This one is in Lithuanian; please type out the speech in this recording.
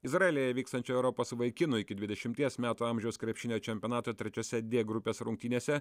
izraelyje vykstančio europos vaikinų iki dvidešimties metų amžiaus krepšinio čempionato trečiose dė grupės rungtynėse